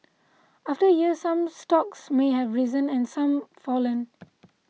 after a year some stocks may have risen and some fallen